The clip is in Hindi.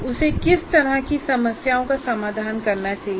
उसे किस तरह की समस्याओं का समाधान करना चाहिए